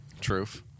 Truth